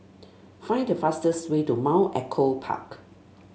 find the fastest way to Mount Echo Park